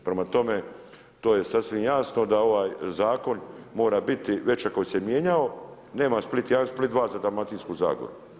Prema tome, to je sasvim jasno da ovaj zakon mora biti, vreća koja se mijenjao, nema Split 1, Split 2 za Dalmatinsku zagoru.